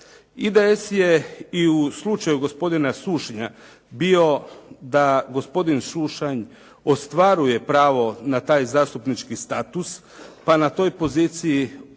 IDS je i u slučaju gospodina Sušnja bio da gospodin Sušanj ostvaruje pravo na taj zastupnički status pa na toj poziciji mi